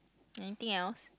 anything else